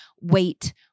wait